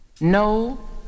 No